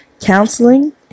counseling